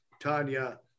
Tanya